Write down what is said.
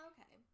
Okay